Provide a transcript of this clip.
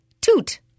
toot